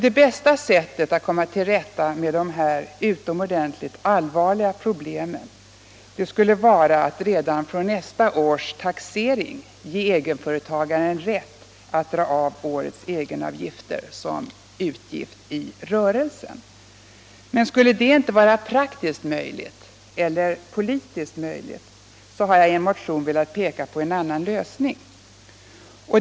Det bästa sättet att komma till rätta med dessa utomordentligt allvarliga problem vore att redan från nästa års taxering ge egenföretagaren rätt att dra av årets egenavgifter som utgift i rörelsen. Skulle detta inte vara praktiskt — eller politiskt — möjligt har jag i en motion velat peka på en annan lösning.